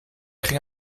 ging